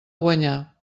guanyar